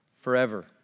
forever